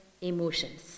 emotions